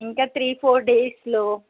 ఇంకా three four డేస్లో